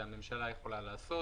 את זה הממשלה יכולה לעשות,